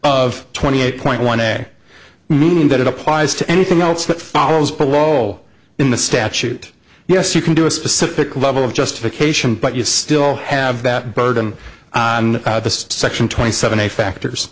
of twenty eight point one day that it applies to anything else that follows a wall in the statute yes you can do a specific level of justification but you still have that burden on the section twenty seven a factors